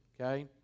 okay